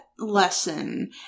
lesson